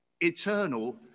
eternal